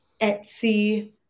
Etsy